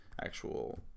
actual